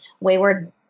Wayward